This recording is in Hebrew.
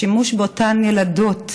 השימוש באותן ילדות,